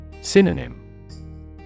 Synonym